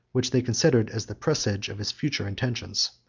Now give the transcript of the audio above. which they considered as the presage of his future intentions.